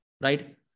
right